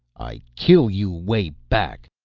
i kill you way back!